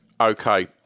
Okay